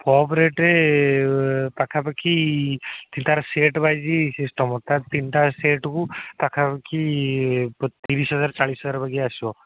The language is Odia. ପପ୍ ରେଟ୍ ପାଖାପାଖି ତା'ର ସେଟ୍ ୱାଇଜ୍ ସିଷ୍ଟମ୍ ତା'ର ତିନିଟା ସେଟ୍କୁ ପାଖାପାଖି ତିରିଶ ହଜାର ଚାଳିଶ ହଜାର ବାଗିଆ ଆସିବ